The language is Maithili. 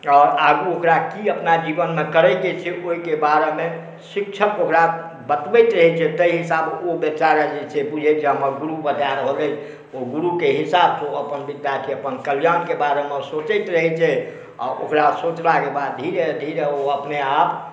आओर आगू ओकरा कि अपना जीवनमे करैके छै ओहिके बारेमे शिक्षक ओकरा बतबैत रहै छै ताहि हिसाबे ओ बेचारे बुझै जे छै हमर गुरु बता रहल अछि गुरुके हिसाबसँ ओ अपन विद्याके अपन कल्याणके बारेमे सोचैत रहै छै आओर ओकरा सोचलाके बाद धीरे धीरे ओ अपने आप